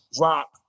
Rock